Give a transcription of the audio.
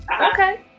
okay